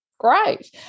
Great